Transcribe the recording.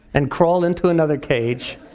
and crawl into another cage.